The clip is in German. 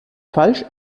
falsch